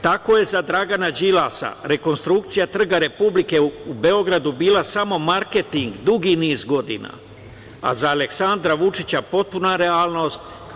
Tako je za Dragana Đilasa rekonstrukcija Trga Republike u Beogradu bio samo marketing dugi niz godina, a za Aleksandra Vučića potpuna realnost.